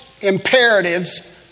imperatives